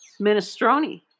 minestrone